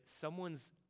someone's